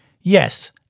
Yes